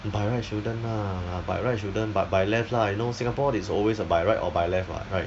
by right shouldn't lah by right shouldn't but by left lah you know singapore is always a by right or by left [what] right